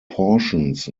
portions